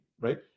right